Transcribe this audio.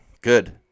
Good